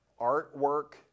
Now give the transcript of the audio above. artwork